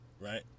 right